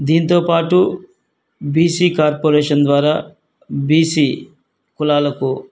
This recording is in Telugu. దీంతోపాటు బీసీ కార్పొరేషన్ ద్వారా బీసీ కులాలకు